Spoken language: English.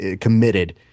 committed